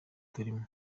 turimo